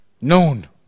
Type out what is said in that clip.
known